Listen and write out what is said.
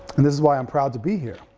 and this is why i'm proud to be here,